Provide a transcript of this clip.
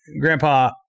Grandpa